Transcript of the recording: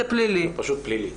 זה פלילי.